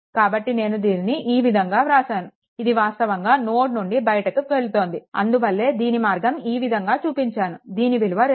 కాబట్టి నేను దీనిని ఈ విధంగా వ్రాసాను ఇది వాస్తవంగా నోడ్ నుండి బయటికి వెళ్తోంది అందువల్లే దీని మార్గం ఈ విధంగా చూపించాను దీని విలువ 2